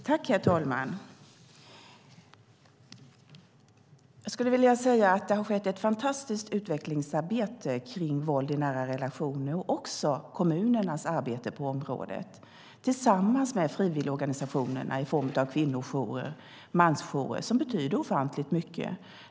Herr talman! Jag skulle vilja säga att det har skett ett fantastiskt utvecklingsarbete kring våld i nära relationer och också kommunernas arbete på området tillsammans med frivilligorganisationerna i form av kvinnojourer och mansjourer som betyder ofantligt mycket.